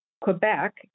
Quebec